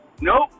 Nope